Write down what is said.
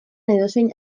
edozein